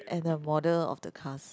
and the model of the cars